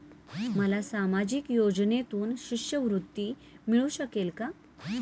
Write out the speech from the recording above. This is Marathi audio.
मला सामाजिक योजनेतून शिष्यवृत्ती मिळू शकेल का?